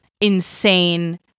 insane